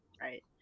right